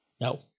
No